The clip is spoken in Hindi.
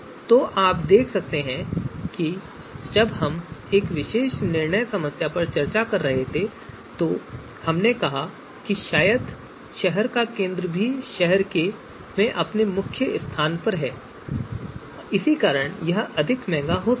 तो आप देखते हैं कि जब हम इस विशेष निर्णय समस्या पर चर्चा कर रहे थे तो हमने कहा कि शायद शहर का केंद्र भी शहर में अपने प्रमुख स्थान के कारण अधिक महंगा होने जा रहा है